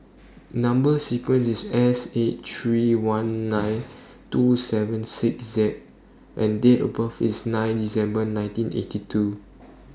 Number sequence IS S eight three one nine two seven six Z and Date of birth IS nine December nineteen eighty two